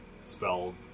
spelled